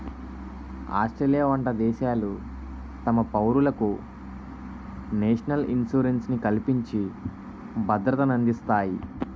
Australia వంట దేశాలు తమ పౌరులకు నేషనల్ ఇన్సూరెన్స్ ని కల్పించి భద్రతనందిస్తాయి